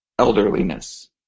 elderliness